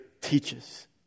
teaches